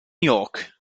york